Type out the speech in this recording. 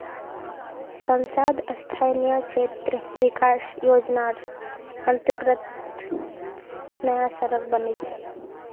सांसद स्थानीय क्षेत्र विकास योजनार अंतर्गत नया सड़क बनील छै